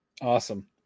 Awesome